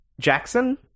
Jackson